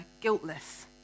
guiltless